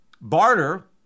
barter